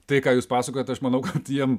tai ką jūs pasakojat aš manau kad jiem